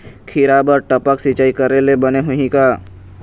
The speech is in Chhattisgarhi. खिरा बर टपक सिचाई करे ले बने होही का?